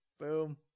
boom